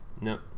No